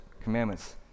commandments